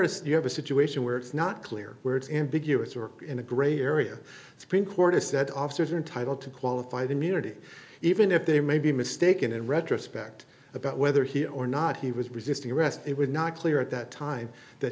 the you have a situation where it's not clear where it's ambiguous or in a gray area supreme court has said officers are entitled to qualified immunity even if they may be mistaken in retrospect about whether he or not he was resisting arrest it was not clear at that time that